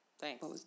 Thanks